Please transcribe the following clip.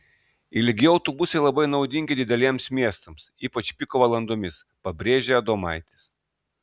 ilgi autobusai labai naudingi dideliems miestams ypač piko valandomis pabrėžė adomaitis